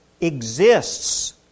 exists